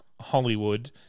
Hollywood